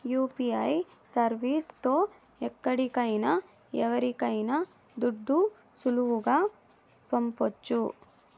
UPI service తో ఎక్కడికైనా ఎవరికైనా దుడ్లు సులువుగా పంపొచ్చు